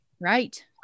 right